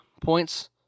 points